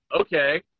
Okay